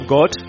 God